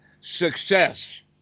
Success